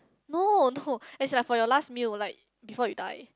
no no as like for your last meal like before you die